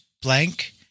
Blank